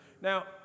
Now